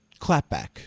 clapback